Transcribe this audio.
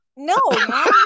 No